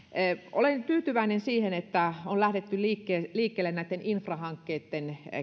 olen tyytyväinen siihen että on lähdetty liikkeelle liikkeelle näitten infrahankkeitten